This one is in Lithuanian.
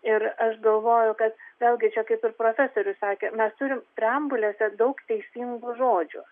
ir aš galvoju kad vėlgi čia kaip ir profesorius sakė mes turim preambulėse daug teisingų žodžių